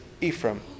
Ephraim